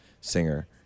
Singer